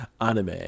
anime